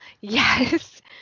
Yes